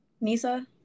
Nisa